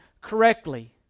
correctly